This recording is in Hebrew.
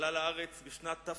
הוא עלה לארץ בשנת תרס"ד.